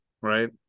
right